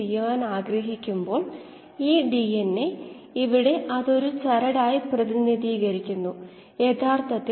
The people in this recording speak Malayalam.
അതിനാൽ നമുക്ക് ലഭിക്കുന്നു 𝑟𝑜 𝑟𝑔 അതിനാൽ ഔട്പുടിന്റെ നിരക്ക് കോശങ്ങളുടെ ഉത്പാദന നിരക്കിന് തുല്യമായിരിയ്ക്കും